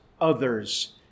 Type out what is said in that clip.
others